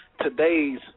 today's